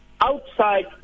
outside